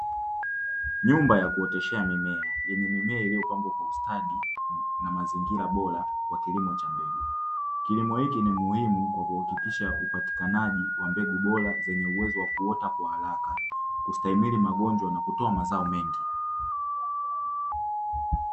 nyumba ya kuendeshea mimea iliyopa nguvu sana na mazingira bora, hiki ni muhimu kwa uhakikishia upatikanaji wa mbegu bora zenye uwezo wa kuota kwa haraka, ustahimili magonjwa na kutoa mazao mengi.